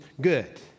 good